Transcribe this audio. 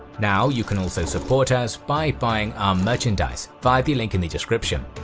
now, you can also support us by buying our merchandise via the link in the description.